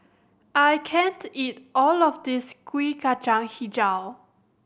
I can't eat all of this Kuih Kacang Hijau